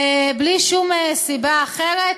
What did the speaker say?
בלי שום סיבה אחרת,